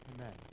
Amen